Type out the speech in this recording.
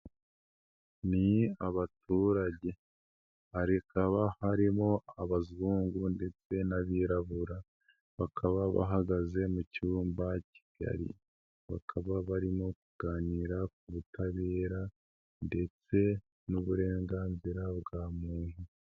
Ni abaturage hakaba harimo abazungu ndetse n'abirabura, bakaba bahagaze mu cyumba kigari, bakaba barimo kuganira ku butabera ndetse n'uburenganzira bwa muntu.